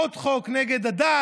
על עוד חוק נגד הדת,